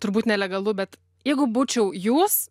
turbūt nelegalu bet jeigu būčiau jūs